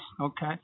okay